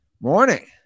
Morning